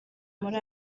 muri